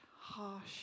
harsh